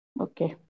Okay